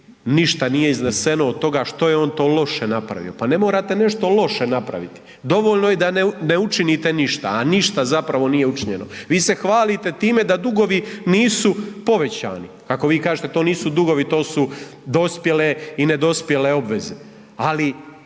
ništa nije izneseno od toga što je on to loše napravio, pa ne morate nešto loše napraviti, dovoljno je da ne učinite ništa, a ništa zapravo nije učinjeno, vi se hvalite time da dugovi nisu povećani, kako vi kažete to nisu dugovi, to su dospjele i nedospjele obveze, ali